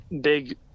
big